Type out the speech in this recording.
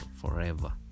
forever